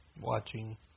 watching